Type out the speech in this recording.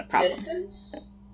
distance